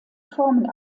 formen